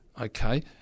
Okay